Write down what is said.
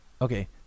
Okay